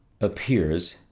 appears